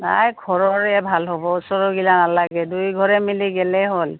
নাই ঘৰৰে ভাল হ'ব ওচৰগিলা নালাগে দুই ঘৰে মিলি গেলেই হ'ল